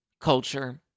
Culture